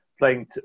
Playing